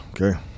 Okay